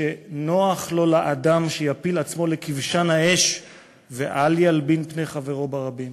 שנוח לו לאדם שיפיל עצמו לכבשן האש ואל ילבין פני חברו ברבים.